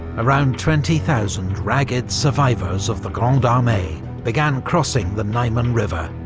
around twenty thousand ragged survivors of the grande armee began crossing the niemen river,